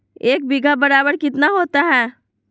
एक बीघा बराबर कितना होता है?